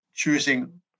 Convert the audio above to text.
Choosing